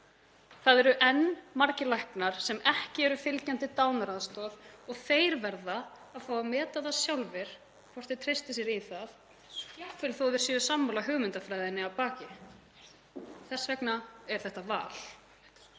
Það eru enn margir læknar sem ekki eru fylgjandi dánaraðstoð og þeir verða að fá að meta það sjálfir hvort þeir treysti sér í það, jafnvel þótt þeir séu sammála hugmyndafræðinni að baki. Þess vegna er þetta val.